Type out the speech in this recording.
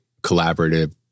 collaborative